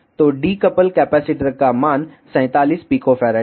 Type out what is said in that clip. तो decouple capacitor का मान 47 pF था